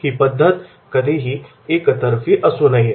ही पद्धत एकतर्फी असू नये